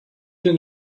den